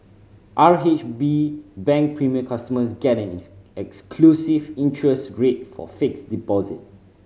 R H B Bank Premier customers get an exclusive interest rate for fixed deposit